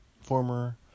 Former